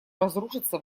разрушиться